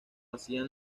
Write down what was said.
hacían